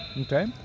Okay